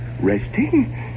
Resting